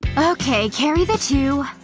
okay, carry the two,